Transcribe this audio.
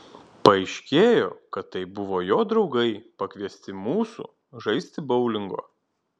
paaiškėjo kad tai buvo jo draugai pakviesti mūsų žaisti boulingo